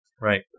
Right